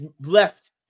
left